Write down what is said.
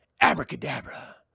abracadabra